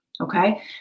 Okay